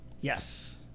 Yes